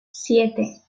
siete